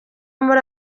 muri